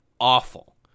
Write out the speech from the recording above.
awful